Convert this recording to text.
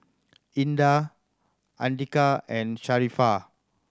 Indah Andika and Sharifah